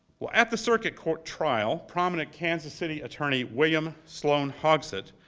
well, at the circuit court trial, prominent kansas city attorney william sloan hogsett,